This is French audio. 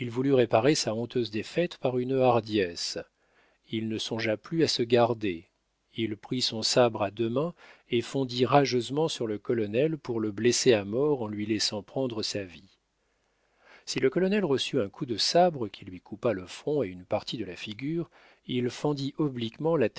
réparer sa honteuse défaite par une hardiesse il ne songea plus à se garder il prit son sabre à deux mains et fondit rageusement sur le colonel pour le blesser à mort en lui laissant prendre sa vie si le colonel reçut un coup de sabre qui lui coupa le front et une partie de la figure il fendit